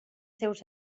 seus